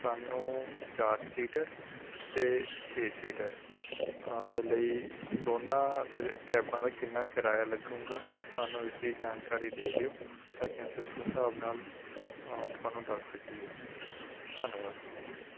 ਸਾਨੂੰ ਚਾਰ ਸੀਟਰ ਅਤੇ ਛੇ ਸੀਟਰ ਦੇ ਲਈ ਦੋਨਾਂ ਦੇ ਕੈਬਾਂ ਦਾ ਕਿੰਨਾ ਕਿਰਾਇਆ ਲੱਗੇਗਾ ਸਾਨੂੰ ਇਸਦੀ ਜਾਣਕਾਰੀ ਦੇ ਦਿਉ ਤਾਂ ਕਿ ਅਸੀਂ ਉਸ ਹਿਸਾਬ ਨਾਲ ਤੁਹਾਨੂੰ ਦੱਸ ਸਕੀਏ ਧੰਨਵਾਦ